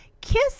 Kiss